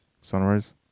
Sunrise